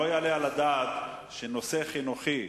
לא יעלה על הדעת שנושא חינוכי,